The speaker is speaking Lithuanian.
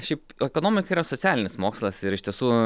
šiaip ekonomika yra socialinis mokslas ir iš tiesų